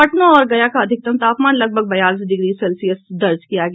पटना और गया का अधिकतम तापमान लगभग बयालीस डिग्री सेल्सियस दर्ज किया गया